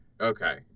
Okay